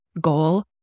goal